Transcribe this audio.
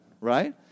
right